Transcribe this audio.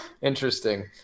Interesting